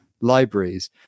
libraries